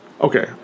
Okay